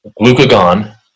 Glucagon